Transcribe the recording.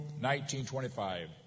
19.25